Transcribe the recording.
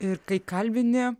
ir kai kalbini